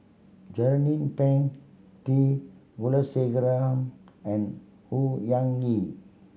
Jernnine Pang T Kulasekaram and Au Hing Yee